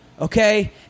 Okay